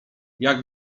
jak